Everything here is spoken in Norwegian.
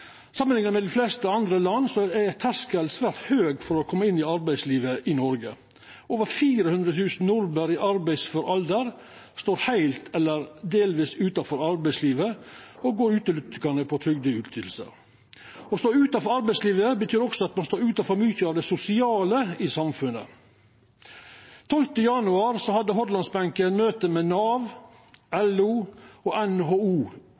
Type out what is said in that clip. fleste andre land er terskelen svært høg for å koma inn i arbeidslivet i Noreg. Over 400 000 nordmenn i arbeidsfør alder står heilt eller delvis utanfor arbeidslivet og går utelukkande på trygdeytingar. Å stå utanfor arbeidslivet betyr også at ein står utanfor mykje av det sosiale i samfunnet. 12. januar hadde Hordalandsbenken møte med Nav, LO og NHO